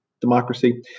democracy